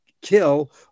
kill